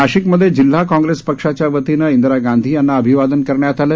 नाशिक मध्ये जिल्हा काँग्रेस पक्षाच्या वतीनं इंदिरा गांधी यांना अभिवादन करण्यात आलं